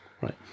Right